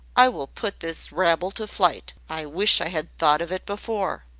i will put this rabble to flight. i wish i had thought of it before.